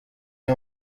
iyi